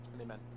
Amen